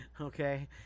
Okay